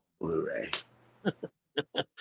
Blu-ray